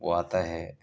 وہ آتا ہے